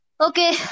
Okay